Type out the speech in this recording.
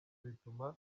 bituma